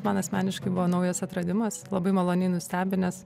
man asmeniškai buvo naujas atradimas labai maloniai nustebinęs